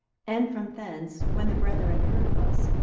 and from thence, when the brethren heard of us,